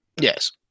Yes